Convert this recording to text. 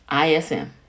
ISM